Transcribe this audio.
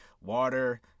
Water